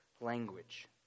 language